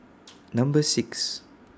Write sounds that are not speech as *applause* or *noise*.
*noise* Number six